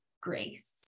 grace